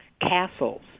castles